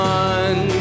one